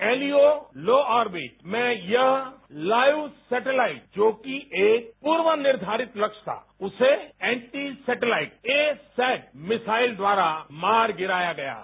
LEO low orbit में यह लायू सैटेलाइट जो कि एक पूर्व निर्धारित लक्ष्य था उसे anti satellite ASAT missile द्वारा मार गिराया गया है